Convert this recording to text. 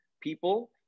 people